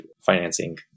financing